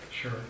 Sure